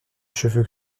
cheveux